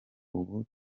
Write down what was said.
ubu